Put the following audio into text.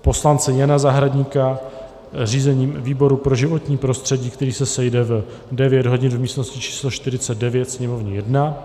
poslance Jana Zahradníka řízením výboru pro životní prostředí, který se sejde v 9.00 hodin v místnosti č. 49, Sněmovní 1;